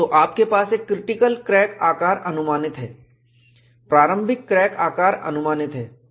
तो आपके पास एक क्रिटिकल क्रैक आकार अनुमानित है प्रारंभिक क्रैक आकार अनुमानित है